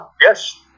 Yes